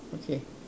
okay